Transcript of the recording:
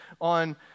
on